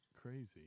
crazy